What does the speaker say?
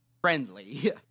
friendly